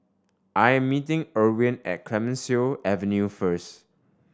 I am meeting Irwin at Clemenceau Avenue first